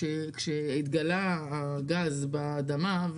כשהתגלה הגז באדמה,